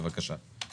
אני